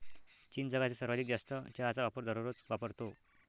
चीन जगातील सर्वाधिक जास्त चहाचा वापर दररोज वापरतो